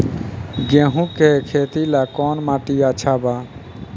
गेहूं के खेती ला कौन माटी अच्छा बा?